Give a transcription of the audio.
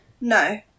No